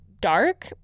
dark